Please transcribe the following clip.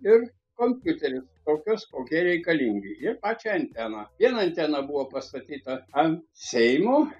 ir kompiuterius tokius kokie reikalingi ir pačią anteną viena antena buvo pastatyta ant seimo